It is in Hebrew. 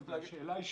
והשאלה היא,